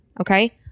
okay